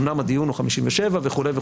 אמנם הדיון הוא על 57 וכולי,